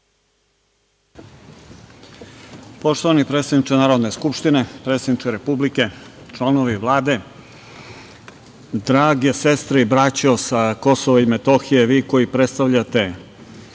Poštovani predsedniče Narodne skupštine, predsedniče Republike, članovi Vlade, drage sestre i braćo sa Kosova i Metohije, vi koji predstavljate